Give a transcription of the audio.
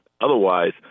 Otherwise